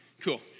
Cool